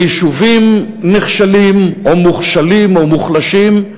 יישובים נחשלים או מנוחשלים או מוחלשים.